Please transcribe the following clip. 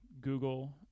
Google